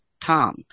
Tom